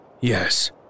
Yes